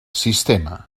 sistema